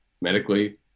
medically